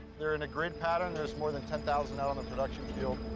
they're in a grid pattern, there's more than ten thousand out on the production field.